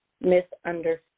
misunderstood